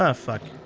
ah fuck.